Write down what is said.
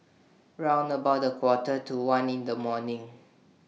round about A Quarter to one in The morning